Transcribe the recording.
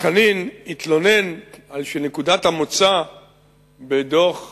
חנין התלונן על שנקודת המוצא בדוח "מקינזי"